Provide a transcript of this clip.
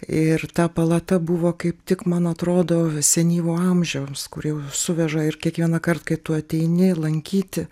ir ta palata buvo kaip tik man atrodo senyvo amžiaus kur suveža ir kiekvieną kart kai tu ateini lankyti